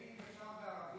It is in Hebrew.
אלי, אפשר בערבית.